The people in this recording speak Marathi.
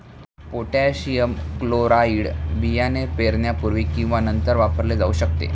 पोटॅशियम क्लोराईड बियाणे पेरण्यापूर्वी किंवा नंतर वापरले जाऊ शकते